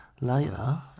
later